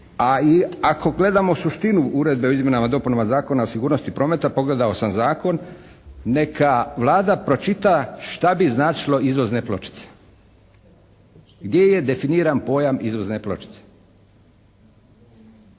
i ako gledamo suštinu uredbe o izmjenama i dopunama Zakona o sigurnosti prometa pogledao sam Zakon, neka Vlada pročita šta bi značilo izvozne pločice. Gdje je definiran pojam izvozne pločice?